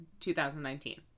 2019